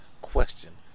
question